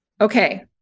okay